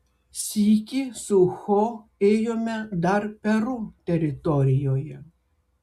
sykį su cho ėjome dar peru teritorijoje